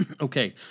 okay